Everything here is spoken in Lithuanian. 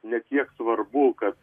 ne tiek svarbu kad